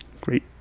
Great